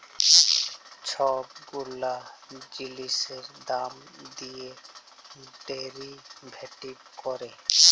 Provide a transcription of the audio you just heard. ছব গুলা জিলিসের দাম দিঁয়ে ডেরিভেটিভ ক্যরে